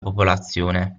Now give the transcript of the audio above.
popolazione